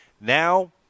Now